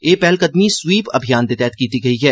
एह् पैह्लकदमी स्वीप अभियान दे तैह्त कीती गेई ऐ